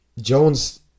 Jones